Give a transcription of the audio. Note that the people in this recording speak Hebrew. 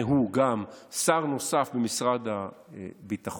והוא גם כנראה שר נוסף במשרד הביטחון,